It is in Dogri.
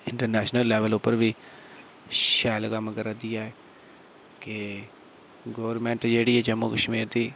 इंटरनैशनल लैवल उप्पर बी शैल कम्म करा दी ऐ गोरमैंट जेह्ड़ी ऐ जम्मू कश्मीर दी ऐ